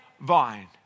vine